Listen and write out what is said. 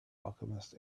alchemist